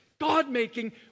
God-making